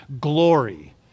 glory